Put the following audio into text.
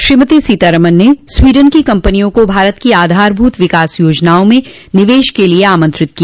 श्रीमती सीतारमन ने स्वीडन की कंपनियों को भारत की आधारभूत विकास योजनाओं मे निवेश के लिए आमंत्रित किया